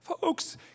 Folks